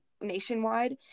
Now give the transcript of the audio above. nationwide